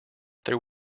there